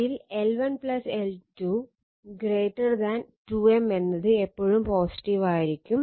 ഇതിൽ L1 L2 2M എന്നത് എപ്പോഴും പോസിറ്റീവായിരിക്കും